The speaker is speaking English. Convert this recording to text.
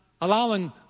allowing